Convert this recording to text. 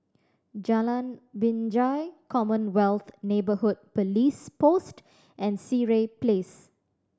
Jalan Binjai Commonwealth Neighbourhood Police Post and Sireh Place